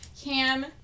Cam